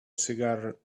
cigar